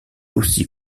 aussi